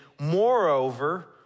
moreover